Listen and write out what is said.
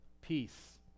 Peace